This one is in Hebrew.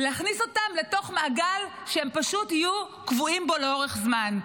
להכניס אותם לתוך מעגל שהם פשוט יהיו קבועים בו לאורך זמן.